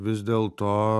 vis dėlto